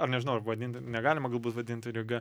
ar nežinau ar vadinti negalima galbūt vadinti liga